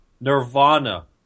Nirvana